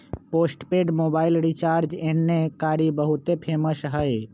postpaid mobile recharge एन्ने कारि बहुते फेमस हई